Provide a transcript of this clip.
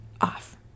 off